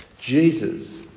Jesus